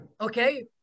okay